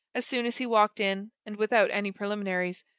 as soon as he walked in, and without any preliminaries.